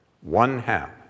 One-half